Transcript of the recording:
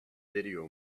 video